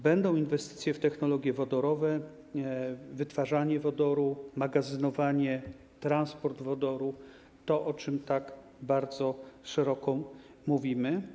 Będą inwestycje w technologie wodorowe, wytwarzanie wodoru, magazynowanie, transport wodoru - to, o czym tak bardzo szeroko mówimy.